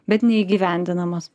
bet neįgyvendinamas